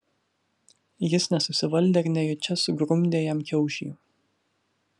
jis nesusivaldė ir nejučia sugrumdė jam kiaušį